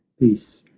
peace,